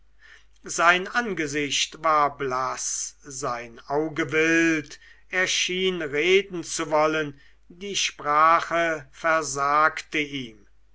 sein angesicht war blaß sein auge wild er schien reden zu wollen die sprache versagte ihm